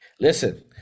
listen